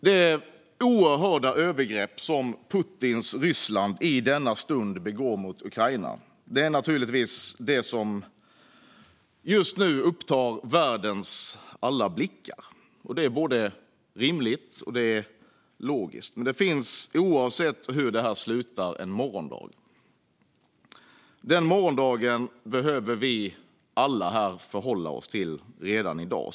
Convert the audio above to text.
Det oerhörda övergrepp som Putins Ryssland i denna stund begår mot Ukraina är naturligtvis det som just nu upptar världens alla blickar; det är både rimligt och logiskt. Men det finns, oavsett hur detta slutar, en morgondag. Den morgondagen behöver vi alla förhålla oss till redan i dag.